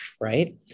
right